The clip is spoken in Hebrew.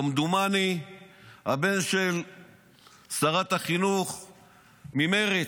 כמדומני הבן של שרת החינוך ממרצ,